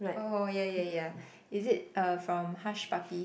oh yeah yeah yeah is it from uh Hush Puppy